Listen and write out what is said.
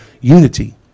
unity